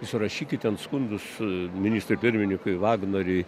surašykit ten skundus ministrui pirmininkui vagnoriui